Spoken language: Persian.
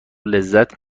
لذت